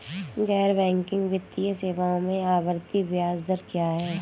गैर बैंकिंग वित्तीय सेवाओं में आवर्ती ब्याज दर क्या है?